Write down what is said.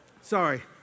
Sorry